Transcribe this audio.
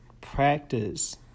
practice